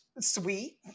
sweet